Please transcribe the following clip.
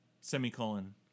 Semicolon